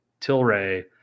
Tilray